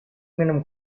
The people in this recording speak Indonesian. minum